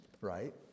right